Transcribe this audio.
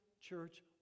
church